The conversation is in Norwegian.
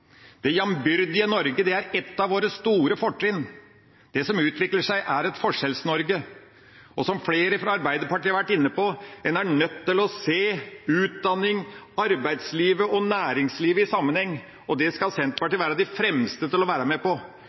Det jambyrdige Norge er et av våre store fortrinn. Det som utvikler seg, er et Forskjells-Norge. Som flere fra Arbeiderpartiet har vært inne på, en er nødt til å se utdanning, arbeidsliv og næringsliv i sammenheng, og det skal Senterpartiet være de fremste til å være med på.